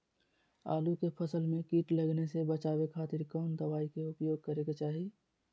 आलू के फसल में कीट लगने से बचावे खातिर कौन दवाई के उपयोग करे के चाही?